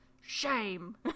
shame